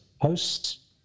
hosts